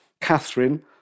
Catherine